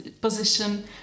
position